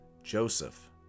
Joseph